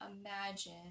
imagine